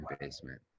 basement